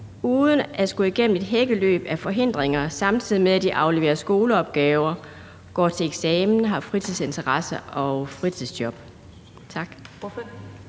uden at skulle igennem et hækkeløb af forhindringer, samtidig med at de afleverer skoleopgaver, går til eksamen, har fritidsinteresser og fritidsjob.